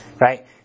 Right